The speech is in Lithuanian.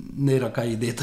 nėra ką įdėt